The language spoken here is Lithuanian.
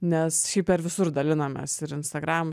nes šiaip per visur dalinamės ir instagram